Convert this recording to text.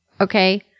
Okay